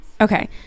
okay